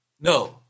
No